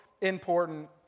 important